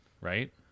Right